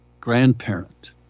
grandparent